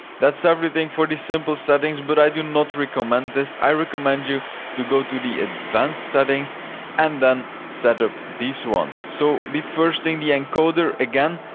that's everything for the simple settings, but i do not recommend this. i recommend you to go to the advanced settings and then set up these ones. so the first thing, the encoder again,